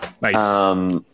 Nice